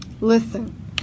Listen